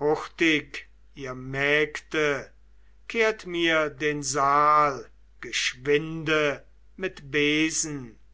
hurtig ihr mägde kehrt mir den saal geschwinde mit besen